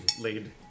laid